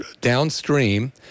downstream